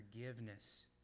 forgiveness